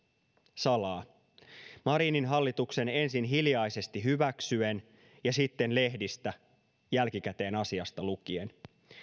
salaa marinin hallituksen ensin hiljaisesti hyväksyen ja sitten lehdistä jälkikäteen asiasta lukien